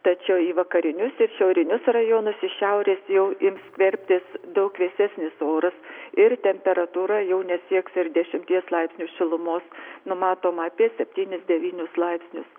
tačiau į vakarinius ir šiaurinius rajonus iš šiaurės jau ims skverbtis daug vėsesnis oras ir temperatūra jau nesieks ir dešimties laipsnių šilumos numatoma apie septynis devynis laipsnius